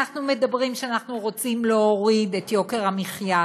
אנחנו אומרים שאנחנו רוצים להוריד את יוקר המחיה,